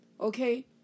okay